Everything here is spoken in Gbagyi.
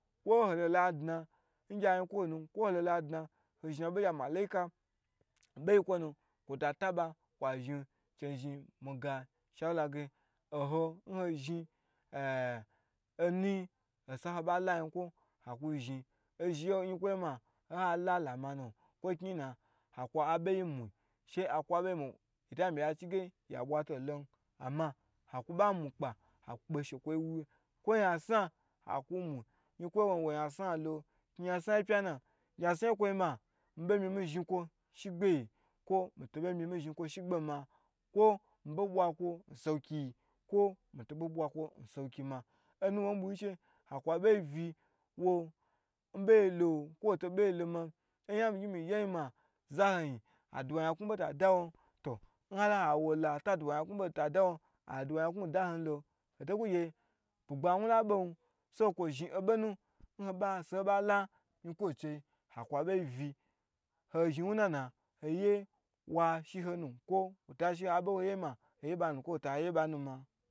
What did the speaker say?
Kwo hola ngye ayinkwonu kwo holo hola dna ho zhi in abo ngye amalaika, beyi kwo nu kwo ta taba kwa zhin chenu zhin miga sha wula ge nho zhin ahh onu nyi sa ho ba la nyi kwo haku zhni ozhn ye n yinkwo yi gbmi yi ma wo zhin lama nu kwo kni yin na aku aboyi mu, yita mi ya cige yabwa to lo n ama haku ba mu o kpa hakpe ho shekwo wu ye kwo nyasna haku mu kwo nyikwo nya sna lo, kni nya sna yi pya na, nyasna kwo yin ma mi bo mi miyi zhin kwo shigbe kwo mito mi myi zhin kwo shigba ma, kwo mi bo bwa nsowoki yi kwo mi to bo bwa kwo n sowoki yi ma, onu bugyi che haka abeyi vi wo. be holo kwo woto bo buyu loma, obo mi gni mi ye yin ma, za nyi aduwa nyaku bo ta da won, to nha lo ha wo la to aduwa nyaknu bo n dawon aduwa nyaku dan n lo, hoto kugye bugbawu la bon so ku zhin obon haka abeyi vi, ho zhi wunan ho ye wa shi ho nun kwo, kwo wota sheha abo wo ye yi ho ye ba nu kwo ho ta ye ba nun ma